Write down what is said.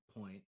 point